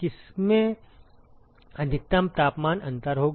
किसमें अधिकतम तापमान अंतर होगा